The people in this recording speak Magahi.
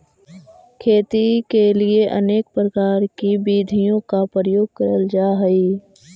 खेती के लिए अनेक प्रकार की विधियों का प्रयोग करल जा हई